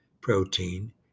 protein